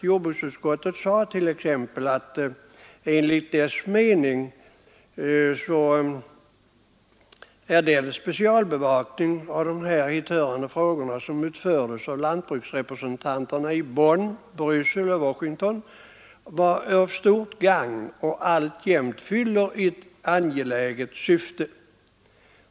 Jordbruksutskottet hänvisar till att utskottet 1971 uttalat att ”enligt dess mening den specialbevakning av hithörande frågor som utfördes av lantbruksrepresentanterna i Bonn, Bryssel och Washington är av stort gagn och alltjämt fyller ett angeläget syfte”.